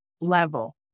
level